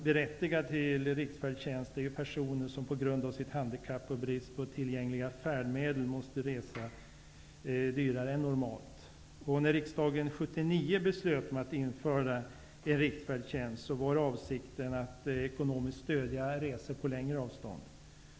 Berättigade till riksfärdtjänst är personer som på grund av sitt handikapp och brist på tillgängliga färdmedel måste resa dyrare än normalt. När riksdagen 1979 beslutade att införa en riksfärdtjänst var avsikten att ekonomiskt stödja längre resor.